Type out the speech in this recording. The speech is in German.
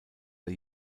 der